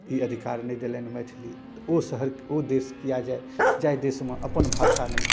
ई अधिकार नहि देलनि मैथिली तऽ ओ शहर ओ देश किएक जाए जाहि देशमे अपन भाषा नहि